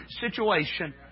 situation